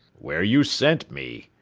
where you sent me,